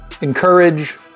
encourage